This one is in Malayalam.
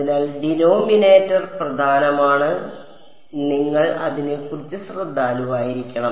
അതിനാൽ ഡിനോമിനേറ്റർ പ്രധാനമാണ് അതിനാൽ നിങ്ങൾ അതിനെക്കുറിച്ച് ശ്രദ്ധാലുവായിരിക്കണം